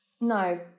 No